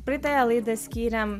praeitąją laidą skyrėm